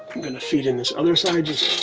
i'm gonna feed in this other side, just